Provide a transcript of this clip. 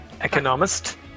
Economist